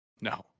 No